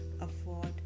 afford